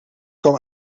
kwam